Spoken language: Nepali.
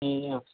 ए